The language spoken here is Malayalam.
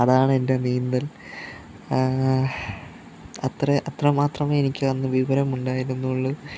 അതാണ് എൻ്റെ നീന്തൽ അത്രെ അത്രമാത്രമേ എനിക്ക് അന്ന് വിവരമുണ്ടായിരുന്നുള്ളൂ